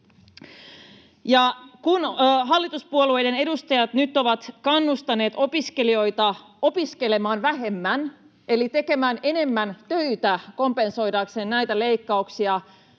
Kun hallituspuolueiden edustajat nyt ovat kannustaneet opiskelijoita opiskelemaan vähemmän eli tekemään enemmän töitä kompensoidakseen näitä leikkauksia